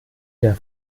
der